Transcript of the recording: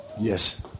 yes